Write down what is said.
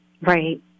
right